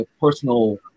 personal